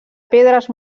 pedres